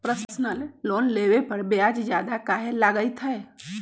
Personal loan लेबे पर ब्याज ज्यादा काहे लागईत है?